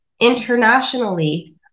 internationally